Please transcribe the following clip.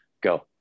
go